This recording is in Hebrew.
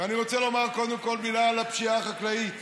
ואני רוצה לומר קודם כול מילה על הפשיעה החקלאית.